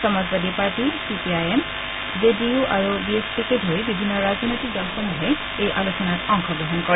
Samajwadi party C P I M J D U আৰু B S পিকে ধৰি বিভিন্ন ৰাজনৈতিক দলসমূহে এই আলোচনাত অংশগ্ৰহণ কৰে